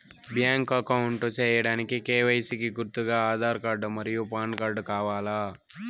Bank account సేయడానికి KYC కి గుర్తుగా ఆధార్ కార్డ్ మరియు పాన్ కార్డ్ కావాలా?